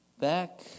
Back